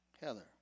Heather